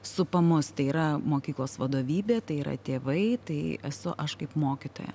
supa mus tai yra mokyklos vadovybė tai yra tėvai tai esu aš kaip mokytoja